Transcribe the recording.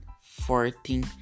fourteen